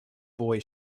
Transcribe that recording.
boy